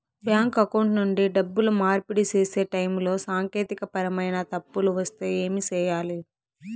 bank account నుండి డబ్బులు మార్పిడి సేసే టైములో సాంకేతికపరమైన తప్పులు వస్తే ఏమి సేయాలి